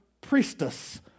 priestess